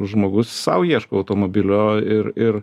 žmogus sau ieško automobilio ir ir